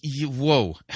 Whoa